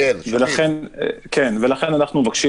לכן אנחנו מבקשים